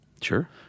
Sure